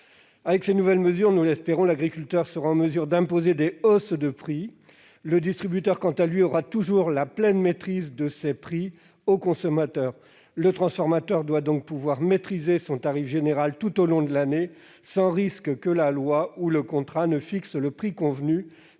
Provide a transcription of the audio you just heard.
Avec ces nouvelles mesures, l'agriculteur sera en mesure d'imposer des hausses de prix, tandis que le distributeur conservera la pleine maîtrise de ses prix au consommateur. Le transformateur doit pouvoir maîtriser son tarif général tout au long de l'année, sans risque que la loi ou le contrat ne fixe le prix convenu